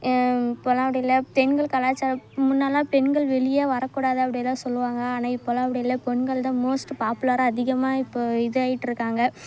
இப்போதெல்லாம் அப்படி இல்லை பெண்கள் கலாச்சாரம் முன்னெலாம் பெண்கள் வெளியே வரக்கூடாது அப்படிலாம் சொல்லுவாங்க ஆனால் இப்போதெல்லாம் அப்படி இல்லை பெண்கள்தான் மோஸ்ட் பாப்புலராக அதிகமாக இப்போது இதாயிட்டிருக்காங்க